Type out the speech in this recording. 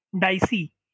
dicey